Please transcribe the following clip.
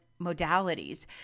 modalities